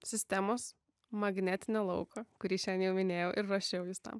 sistemos magnetinio lauko kurį šiandien jau minėjau ir ruošiau jus tam